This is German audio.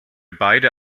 beide